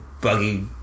buggy